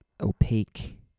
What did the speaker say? opaque